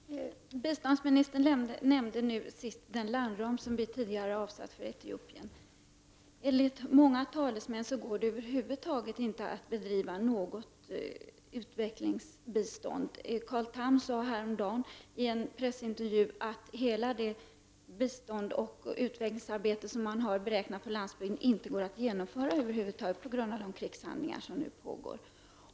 Herr talman! Biståndsministern nämnde i slutet av sitt senaste inlägg den landram som vi tidigare har fastställt för Etiopien. Men enligt många talesmän går det inte att bedriva något utvecklingsbistånd över huvud taget. Carl Tham sade häromdagen i en pressintervju att det biståndsoch utvecklingsarbete som man har beräknat skall behövas för landsbygden över huvud taget inte kan genomföras på grund av de krigshandlingar som pågår.